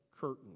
curtain